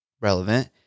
Relevant